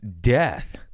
death